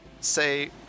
say